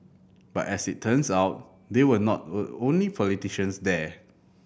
but as it turns out they were not only politicians there